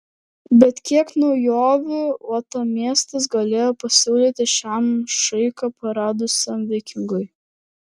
bet kiek naujovių uostamiestis galėjo pasiūlyti šiam saiką praradusiam vikingui